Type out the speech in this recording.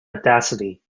audacity